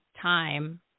time